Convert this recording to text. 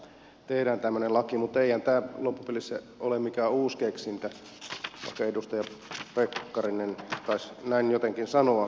on ihan hyvä että tehdään tämmöinen laki mutta eihän tämä loppupeleissä ole mikään uusi keksintö vaikka edustaja pekkarinen taisi näin jotenkin sanoa